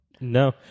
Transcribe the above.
No